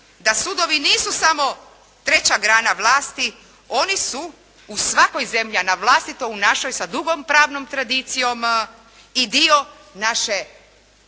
da sudovi nisu samo treća grana vlasti, oni su u svakoj zemlji, a na vlastito u našoj sa dugom pravnom tradicijom i dio naše